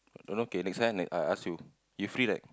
don't know K next one I I ask you you free right